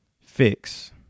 fix